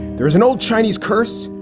there is an old chinese curse.